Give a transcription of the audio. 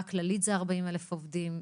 רק כללית זה 40 אלף עובדים,